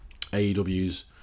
AEW's